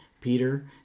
Peter